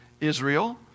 Israel